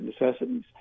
necessities